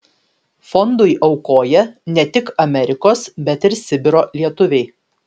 fondui aukoja ne tik amerikos bet ir sibiro lietuviai